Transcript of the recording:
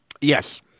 Yes